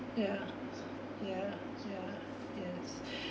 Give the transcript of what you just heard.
ya ya ya yes